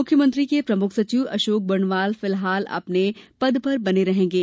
मुख्यमंत्री के प्रमुख सचिव अशोक बर्णवाल फिलहाल अपने पद पर बने रहेंगे